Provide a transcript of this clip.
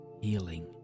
healing